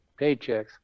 paychecks